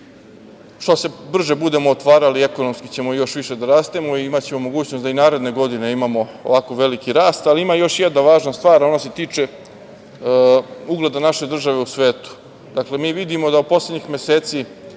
što se brže budemo otvarali, ekonomski ćemo još više da rastemo. Imaćemo mogućnost da i naredne godine imamo ovako veliki rast. Ima još jedna važna stvar, a ona se tiče ugleda naše države u svetu. Dakle, mi vidimo da u poslednjih meseci